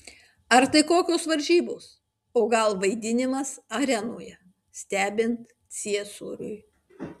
ar tai kokios varžybos o gal vaidinimas arenoje stebint ciesoriui